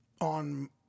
on